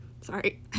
sorry